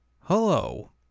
Hello